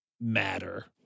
matter